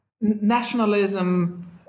Nationalism